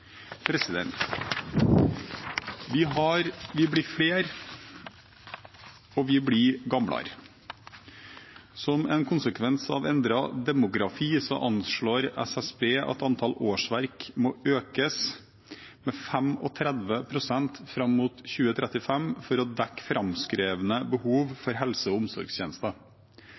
Vi blir flere, og vi blir eldre. Som en konsekvens av endret demografi anslår SSB at antall årsverk må økes med 35 pst. fram mot 2035 for å dekke framskrevne behov for helse og omsorgstjenester.